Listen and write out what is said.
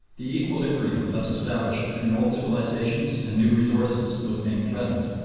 the equilibrium thus established between old civilizations and new resources was being threatened.